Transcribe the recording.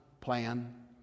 plan